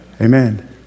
Amen